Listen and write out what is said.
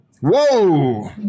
Whoa